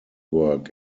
work